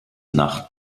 nacht